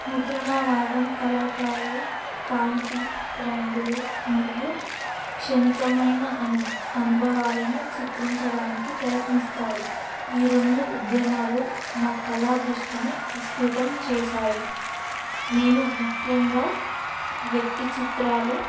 ముద్రణావాదం కళాకారులు కాంతి రంగులు మరియు క్షణికమైన అను అనుభవాలను చిత్రించడానికి ప్రయత్నిస్తారు ఈ రెండు ఉద్యమాలు నా కళా దృష్టిని విస్తృతం చేశాయి నేను ముఖ్యంగా వ్యక్తి చిత్రాలు